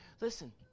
listen